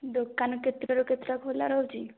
ଦୋକାନ କେତେଟାରୁ କେତେଟା ଖୋଲା ରହୁଛି